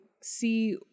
see